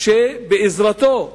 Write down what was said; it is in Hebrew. שבעזרתו,